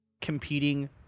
competing